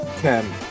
Ken